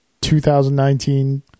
2019